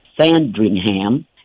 Sandringham